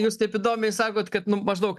jūs taip įdomiai sakot kad nu maždaug